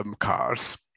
cars